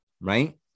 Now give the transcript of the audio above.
right